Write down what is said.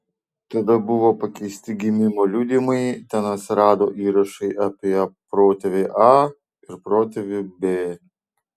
tada buvo pakeisti gimimo liudijimai ten atsirado įrašai apie protėvį a ir protėvį b